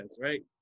right